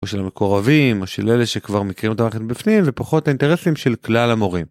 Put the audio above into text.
או של המקורבים או של אלה שכבר מכירים אותם לכן בפנים ופחות האינטרסים של כלל המורים.